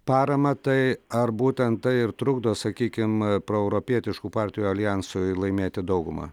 paramą tai ar būtent tai ir trukdo sakykim proeuropietiškų partijų aljansui laimėti daugumą